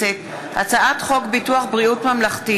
הצעת החוק התקבלה בקריאה ראשונה,